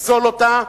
לפסול אותה,